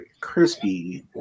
crispy